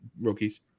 rookies